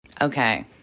Okay